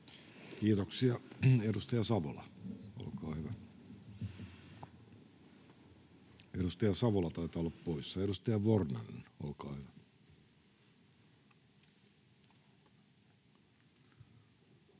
Kiitoksia. — Edustaja Savola, olkaa hyvä. Edustaja Savola taitaa olla poissa. — Edustaja Vornanen, olkaa hyvä.